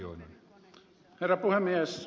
herra puhemies